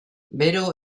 bero